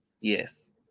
yes